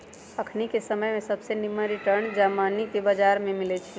अखनिके समय में सबसे निम्मन रिटर्न जामिनके बजार में मिलइ छै